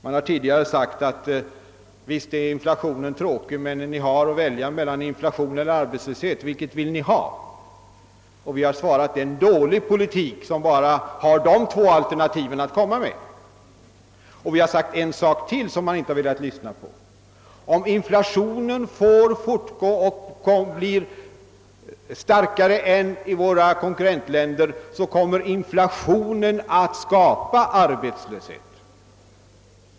Man har tidigare sagt att »visst är inflationen tråkig, men ni har att välja mellan inflation och arbetslöshet». Vi har sagt att det är en dålig politik som bara har de alternativen, Vi har också sagt att om inflationen får fortgå och blir starkare här än i våra konkurrentländer kommer inflationen att skapa arbetslöshet.